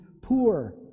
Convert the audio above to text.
poor